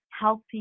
healthy